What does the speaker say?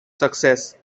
success